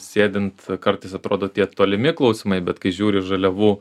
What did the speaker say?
sėdint kartais atrodo tie tolimi klausimai bet kai žiūri žaliavų